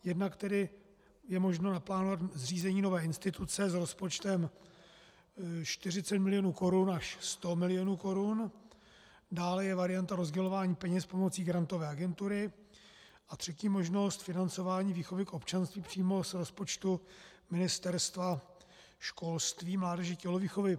Jednak je tedy možno naplánovat zřízení nové instituce s rozpočtem 40 milionů korun až 100 milionů korun, dále je varianta rozdělování peněz pomocí Grantové agentury a třetí možnost financování výchovy k občanství přímo z rozpočtu Ministerstva školství, mládeže a tělovýchovy.